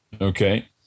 Okay